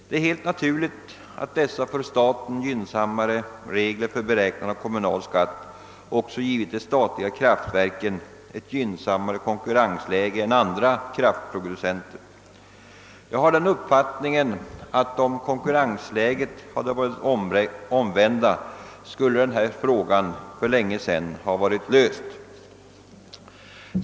Det är helt naturligt att de för staten gynnsammare reglerna för beräknandet av kommunalskatt givit de statliga kraftverken ett gynnsammare konkurrensläge än andra kraftproducenter. Om konkurrensläget varit det omvända skulle säkerligen denna fråga för länge sedan ha varit löst.